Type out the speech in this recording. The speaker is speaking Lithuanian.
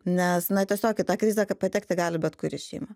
nes na tiesiog į tą krizę kad patekti gali bet kuri šeima